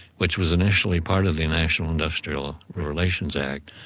which was initially part of the national industrial relations act,